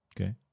Okay